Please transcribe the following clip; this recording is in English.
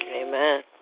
Amen